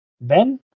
Ben